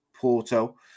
Porto